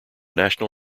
national